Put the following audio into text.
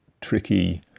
tricky